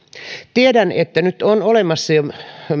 tiedän että nyt on olemassa jo